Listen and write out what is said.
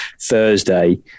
Thursday –